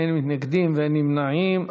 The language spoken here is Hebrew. אין מתנגדים ואין נמנעים.